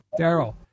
Daryl